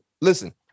listen